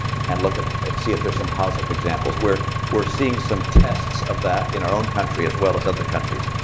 and look to ah see if there are some positive examples. we're we're seeing some tests of that in our own country, as well as other countries.